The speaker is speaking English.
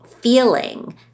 feeling